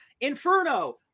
Inferno